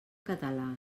català